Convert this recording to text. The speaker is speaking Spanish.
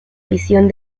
visión